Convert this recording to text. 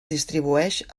distribueix